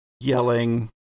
yelling